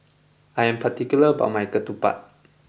I am particular about my Ketupat